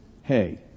hey